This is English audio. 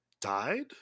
died